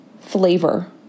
flavor